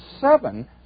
seven